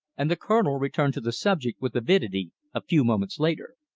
and the colonel returned to the subject with avidity a few moments later.